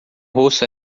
rosto